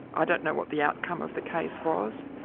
i don't know what the outcome of the case was.